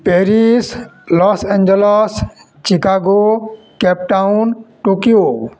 Paris Los Angeles Chicago Cape Town Tokyo